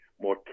more